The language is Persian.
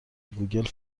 گوگل